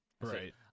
right